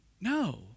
no